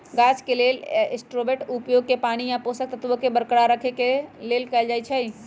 गाछ के लेल सबस्ट्रेट्सके उपयोग पानी आ पोषक तत्वोंके बरकरार रखेके लेल कएल जाइ छइ